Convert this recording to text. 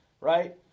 Right